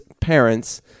parents